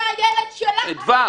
עם כמה בובות --- אדווה,